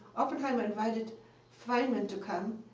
oppenheimer invited feynman to come,